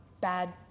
bad